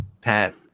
pat